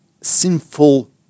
sinful